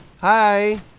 Hi